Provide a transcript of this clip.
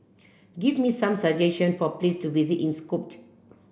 give me some suggestion for place to visit in Skopje